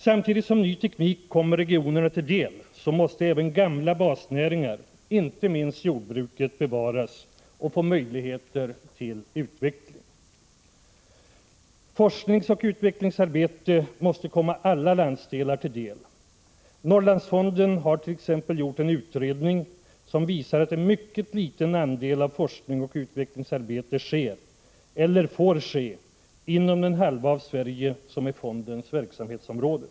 Samtidigt som en ny teknik kommer regionen till del måste även gamla basnäringar— inte minst jordbruk — bevaras och få möjligheter till utveckling. Forskning och utvecklingsarbete måste komma alla landsdelar till del. Norrlandsfonden har t.ex. gjort en utredning som visar att en mycket liten andel av forskning och utvecklingsarbete sker — eller får ske - inom den halva av Sverige som är fondens verksamhetsområde.